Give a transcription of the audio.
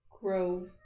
grove